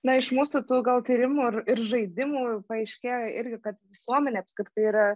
na iš mūsų tų gal tyrimų ir ir žaidimų paaiškėjo irgi kad visuomenė apskritai yra